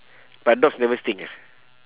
but dogs never stink ah